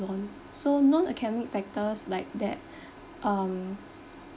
so non academic factors like that um